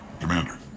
Commander